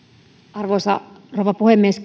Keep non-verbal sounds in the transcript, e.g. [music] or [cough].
arvoisa rouva puhemies [unintelligible]